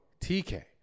TK